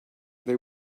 they